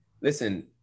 listen